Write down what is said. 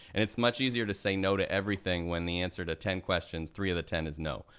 and it's much easier to say no to everything when the answer to ten questions, three of the ten is no.